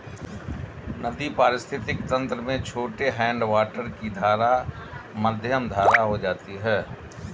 नदी पारिस्थितिक तंत्र में छोटे हैडवाटर की धारा मध्यम धारा हो जाती है